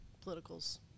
politicals